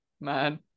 man